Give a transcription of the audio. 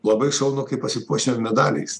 labai šaunu kaip pasipuošia medaliais